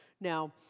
Now